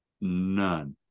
None